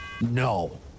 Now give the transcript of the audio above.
No